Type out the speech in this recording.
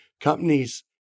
companies